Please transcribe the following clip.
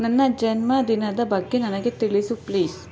ನನ್ನ ಜನ್ಮ ದಿನದ ಬಗ್ಗೆ ನನಗೆ ತಿಳಿಸು ಪ್ಲೀಸ್